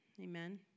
Amen